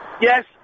Yes